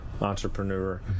entrepreneur